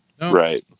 right